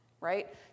right